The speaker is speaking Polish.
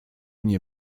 nie